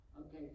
Okay